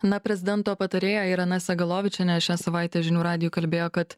na prezidento patarėja irena segalovičienė šią savaitę žinių radijui kalbėjo kad